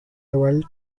level